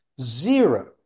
zero